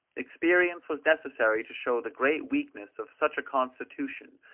experience was necessary to show the great weakness of such a constitution,